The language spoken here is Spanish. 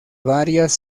varias